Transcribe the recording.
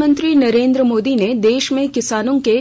प्रधानमंत्री नरेन्द्र मोदी ने देश में किसानों के